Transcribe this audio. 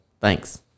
Thanks